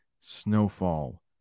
snowfall